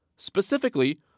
Specifically